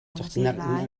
cungah